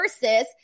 versus